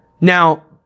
Now